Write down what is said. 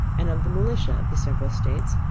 and of the militia of the several states,